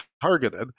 targeted